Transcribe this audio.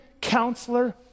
counselor